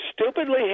stupidly